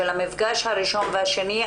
של המפגש הראשון והשני,